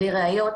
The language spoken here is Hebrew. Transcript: בלי ראיות,